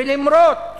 וגם אם